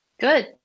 Good